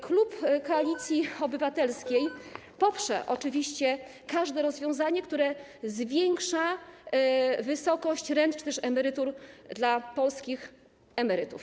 Klub Koalicji Obywatelskiej poprze oczywiście każde rozwiązanie, które zwiększa wysokość rent czy też emerytur polskich emerytów.